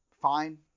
fine